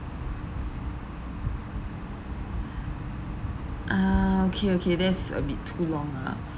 ah okay okay that's a bit too long ah